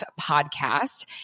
podcast